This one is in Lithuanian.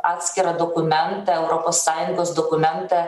atskirą dokumentą europos sąjungos dokumentą